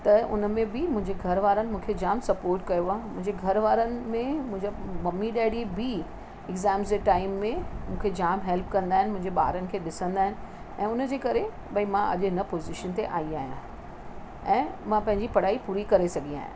त हुन में बि मुंहिंजे घर वारनि मूंखे जाम सपोट कयो आहे मुंहिंजे घर वारनि में मुंहिंजे मम्मी डैडी बि एक्ज़ाम्स जे टाइम में मूंखे जाम हेल्प कंदा आहिनि मुंहिंजे ॿारनि के ॾिसंदा आहिनि ऐं उनजे करे भई मां अॼु हिन पोज़ीशन ते आई आहियां ऐं मां पंहिंजी पढ़ाई पूरी करे सघी आहियां